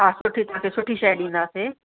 हा सुठी तव्हां खे सुठी शइ ॾींदासीं